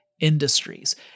industries